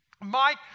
Mike